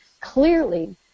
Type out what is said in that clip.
Clearly